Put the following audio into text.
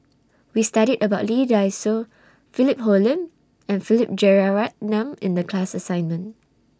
We studied about Lee Dai Soh Philip Hoalim and Philip Jeyaretnam in The class assignment